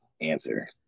answer